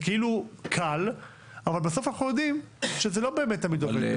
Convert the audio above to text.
כאילו קל אבל בסוף אנחנו יודעים שזה לא באמת תמיד עובד.